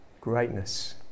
greatness